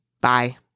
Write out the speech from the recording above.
Bye